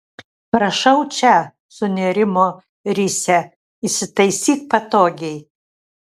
prašau čia sunerimo risia įsitaisyk patogiai